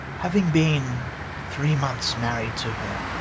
having been three months married to her,